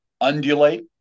Undulate